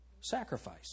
Sacrifice